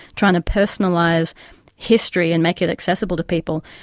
trying to personalise history and make it accessible to people.